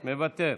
מוותר,